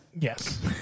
yes